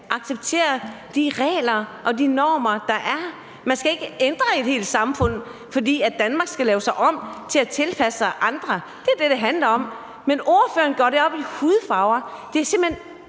acceptere de regler og de normer, der er. Man skal ikke ændre et helt samfund, fordi Danmark skal laves om til at tilpasse sig andre. Det er det, det handler om. Men ordføreren gør det op i hudfarver. Det er simpelt hen